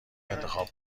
انتخاب